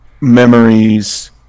memories